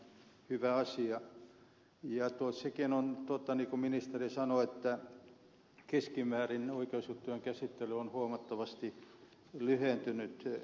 ja sekin on totta niin kuin ministeri sanoi että keskimäärin oikeusjuttujen käsittely on huomattavasti lyhentynyt viime vuosina